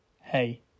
Hey